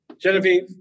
Genevieve